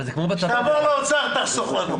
כשתעבוד באוצר תחסוך לנו.